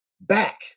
back